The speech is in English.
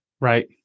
Right